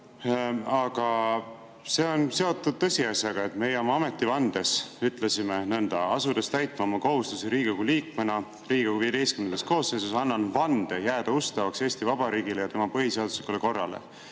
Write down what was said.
Aga see on seotud tõsiasjaga, et meie oma ametivandes ütlesime nõnda: "Asudes täitma oma kohustusi Riigikogu liikmena Riigikogu XV koosseisus, annan vande jääda ustavaks Eesti Vabariigile ja tema põhiseaduslikule korrale."